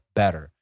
better